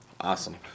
Awesome